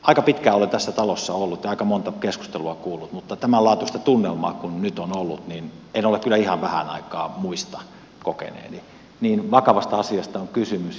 aika pitkään olen tässä talossa ollut ja aika monta keskustelua kuullut mutta tämänlaatuista tunnelmaa kuin nyt on ollut en ihan vähään aikaan muista kokeneeni niin vakavasta asiasta on kysymys